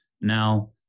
Now